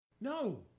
No